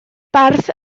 bardd